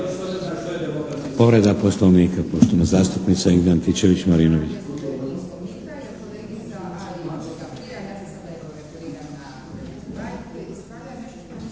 Povreda poslovnika poštovana zastupnica Ingrid Antičević-Marinović.